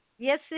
Yes